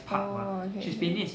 oh okay okay